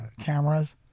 cameras